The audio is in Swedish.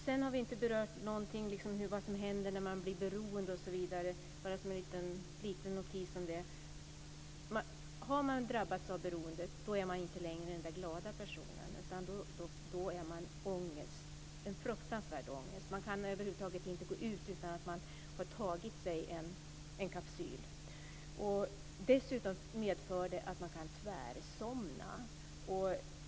Vi har inte berört vad som händer när man blir beroende, men jag kan göra en liten notis om det. Har man drabbats av beroende är man inte längre den glada personen, utan då har man en fruktansvärd ångest och kan över huvud taget inte gå ut utan att ha tagit en kapsyl. Dessutom medför det att man kan tvärsomna.